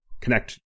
connect